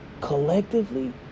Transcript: collectively